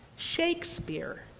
Shakespeare